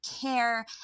care